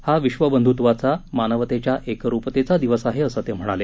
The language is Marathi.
हा विश्व बंधुत्वाचा मानवतेच्या एकरुपतेचा दिवस आहे असं ते म्हणाले